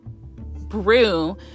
brew